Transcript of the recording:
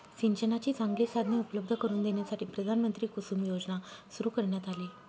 सिंचनाची चांगली साधने उपलब्ध करून देण्यासाठी प्रधानमंत्री कुसुम योजना सुरू करण्यात आली